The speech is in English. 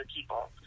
people